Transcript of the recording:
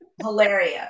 hilarious